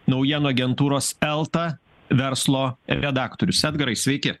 naujienų agentūros elta verslo redaktorius edgarai sveiki